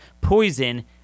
poison